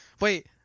Wait